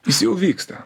jis jau vyksta